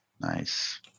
nice